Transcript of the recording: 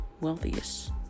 wealthiest